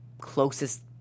closest